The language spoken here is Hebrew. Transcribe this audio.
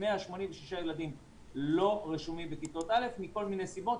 186 ילדים לא רשומים בכיתות א' מכל מיני סיבות.